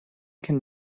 can